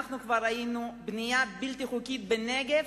אנחנו כבר ראינו בנייה בלתי חוקית בנגב,